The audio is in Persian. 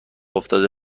افتاده